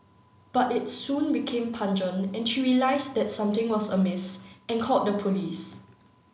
but it soon became pungent and she realised that something was amiss and called the police